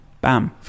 bam